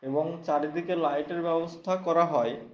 এবং চারিদিকে লাইটের ব্যবস্থা করা হয়